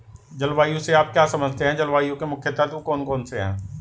जलवायु से आप क्या समझते हैं जलवायु के मुख्य तत्व कौन कौन से हैं?